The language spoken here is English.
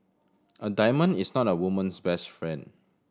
a diamond is not a woman's best friend